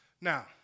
now